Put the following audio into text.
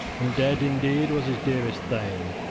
and dead indeed was his dearest thane.